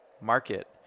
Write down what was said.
market